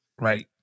Right